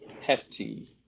hefty